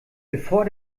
bevor